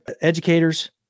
educators